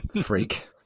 freak